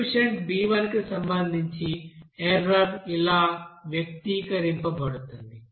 coefficient b1 కి సంబంధించి error ఇలా వ్యక్తీకరించబడుతుంది